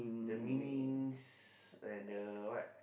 the meanings and the what